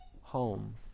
home